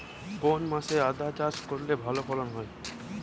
কোন মাসে আদা চাষ করলে ভালো ফলন হয়?